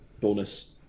bonus